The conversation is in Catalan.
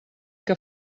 que